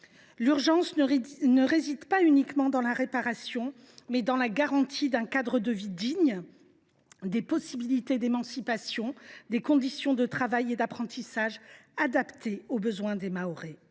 L’urgence ne réside pas uniquement dans la réparation : elle est aussi dans la garantie d’un cadre de vie digne, de possibilités d’émancipation, de conditions de travail et d’apprentissage adaptées aux besoins des Mahorais.